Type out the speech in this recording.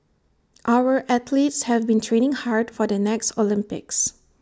our athletes have been training hard for the next Olympics